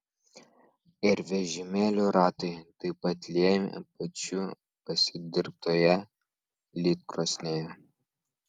ir vežimėlių ratai taip pat liejami pačių pasidirbtoje lydkrosnėje